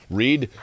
read